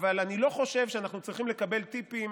אני לא חושב שאנחנו צריכים לקבל טיפים